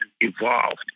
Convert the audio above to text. evolved